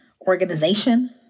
Organization